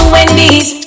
Wendy's